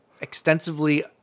extensively